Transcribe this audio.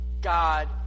God